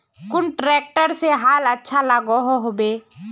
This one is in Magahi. कुन ट्रैक्टर से हाल अच्छा लागोहो होबे?